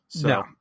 No